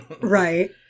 right